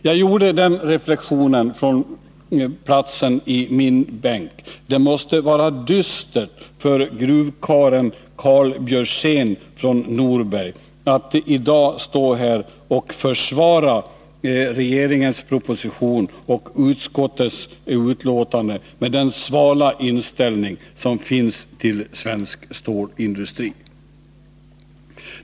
Jag gjorde den reflexionen när jag satt i min bänk att det måste vara dystert för gruvkarlen Karl Björzén från Norberg att i dag behöva stå här och försvara regeringens proposition och utskottets betänkande med den svala inställning som där finns till svensk stålindustri.